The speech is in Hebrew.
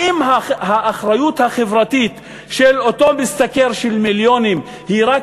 האם האחריות החברתית של אותו משתכר מיליונים היא רק